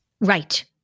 Right